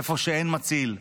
איפה שאין מציל,